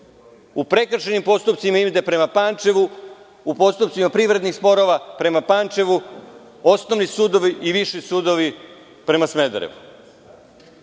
u prekršajnim postupcima ići će prema Pančevu, u postupcima privrednih sporova prema Pančevu, osnovni sudovi i viši sudovi prema Smederevu. Još